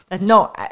No